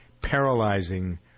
paralyzing